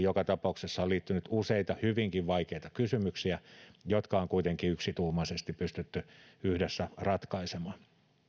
joka tapauksessa useita hyvinkin vaikeita kysymyksiä jotka on kuitenkin yksituumaisesti pystytty yhdessä ratkaisemaan